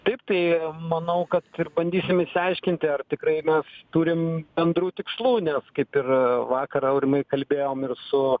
taip tai manau kad ir bandysim išsiaiškinti ar tikrai na turim bendrų tikslų nes kaip ir vakar aurimai kalbėjom ir su